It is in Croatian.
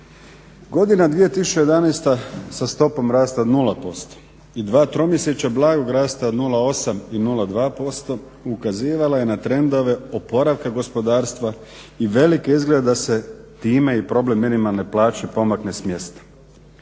Godina 2011.sa stopom rasta od nula posto i dva tromjesečja blagog rasta od 0,8 ili 0,2% ukazivala je na trendove oporavka gospodarstva i velike izglede da se time i problem minimalne plaće pomakne s mjesta.